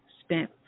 spent